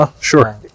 Sure